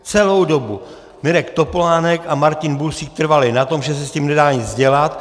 Celou dobu Mirek Topolánek a Martin Bursík trvali na tom, že se s tím nedá nic dělat.